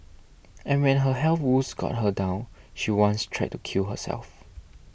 and when her health woes got her down she once tried to kill herself